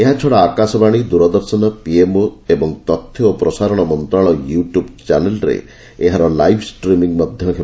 ଏହାଛଡ଼ା ଆକାଶବାଣୀ ଦୂରଦର୍ଶନ ପିଏମ୍ଓ ଏବଂ ତଥ୍ୟ ଓ ପ୍ରସାରଣ ମନ୍ତ୍ରଶାଳୟ ୟୁ ଟ୍ୟୁବ୍ ଚ୍ୟାନେଲ୍ରେ ଏହାର ଲାଇଭ୍ ଷ୍ଟ୍ରିମିଙ୍ଗ୍ ହେବ